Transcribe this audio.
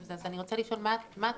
אז אני רוצה לשאול מה התכנית.